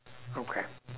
okay